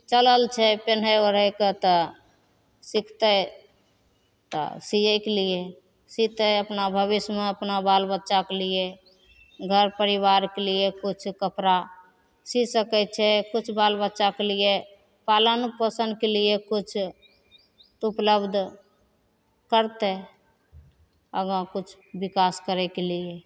चलल छै पिन्है ओढ़ैके तऽ सिखतै तऽ सिएके लिए सितै अपना भविष्यमे अपना बाल बच्चाके लिए घर परिवारके लिए किछु कपड़ा सी सकै छै किछु बाल बच्चाके लिए पालनो पोषणके लिए किछु उपलब्ध करतै आगाँ किछु विकास करैके लिए